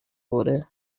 wurde